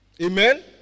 Amen